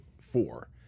four